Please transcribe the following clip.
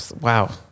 Wow